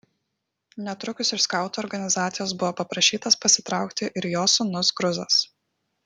netrukus iš skautų organizacijos buvo paprašytas pasitraukti ir jos sūnus kruzas